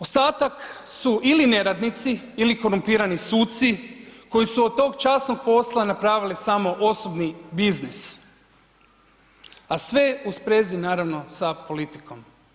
Ostatak su ili neradnici ili korumpirani suci koji su od tog časnog posla napravili samo osobni business a sve u sprezi naravno sa politikom.